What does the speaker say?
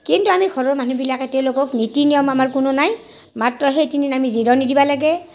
কিন্তু আমি ঘৰৰ মানুহবিলাকে তেওঁলোকক নীতি নিয়ম আমাৰ কোনো নাই মাত্ৰ সেই তিনিদিন আমি জিৰণি দিবা লাগে